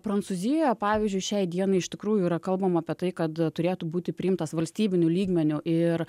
prancūzijoje pavyzdžiui šiai dienai iš tikrųjų yra kalbama apie tai kad turėtų būti priimtas valstybiniu lygmeniu ir